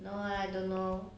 no lah I don't know